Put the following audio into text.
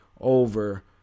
over